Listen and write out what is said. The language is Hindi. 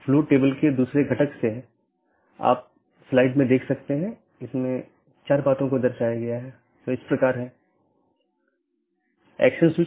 BGP किसी भी ट्रान्सपोर्ट लेयर का उपयोग नहीं करता है ताकि यह निर्धारित किया जा सके कि सहकर्मी उपलब्ध नहीं हैं या नहीं